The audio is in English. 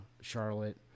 Charlotte